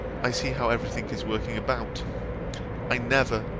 i see how every thing is working about i never,